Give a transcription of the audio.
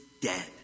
dead